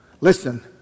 Listen